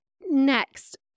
Next